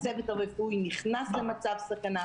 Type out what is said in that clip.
הצוות הרפואי נכנס למצב סכנה,